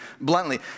bluntly